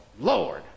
Lord